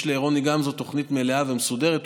יש לרוני גמזו תוכנית מלאה ומסודרת,